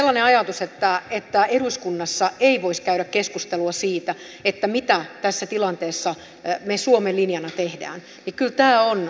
sellainen ajatus että eduskunnassa ei voisi käydä keskustelua siitä mitä tässä tilanteessa me suomen linjana teemme on kyllä uskomaton juttu